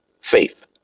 faith